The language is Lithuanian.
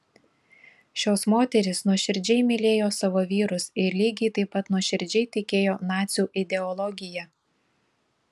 šios moterys nuoširdžiai mylėjo savo vyrus ir lygiai taip pat nuoširdžiai tikėjo nacių ideologija